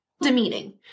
demeaning